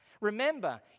Remember